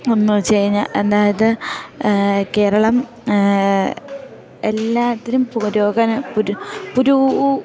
എന്ന് വെച്ച് കഴിഞ്ഞാൽ അതായത് കേരളം എല്ലാത്തിലും പുരോഗ മന പു പുരൂ